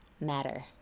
matter